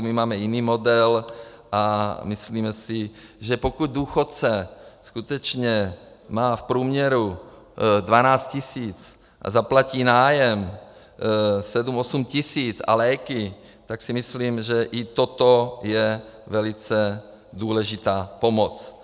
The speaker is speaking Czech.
My máme jiný model a myslíme si, že pokud důchodce skutečně má v průměru 12 000 a zaplatí nájem 78 tisíc a léky, tak si myslím, že i toto je velice důležitá pomoc.